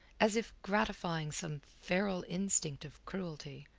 as if gratifying some feral instinct of cruelty,